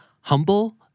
humble